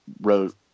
wrote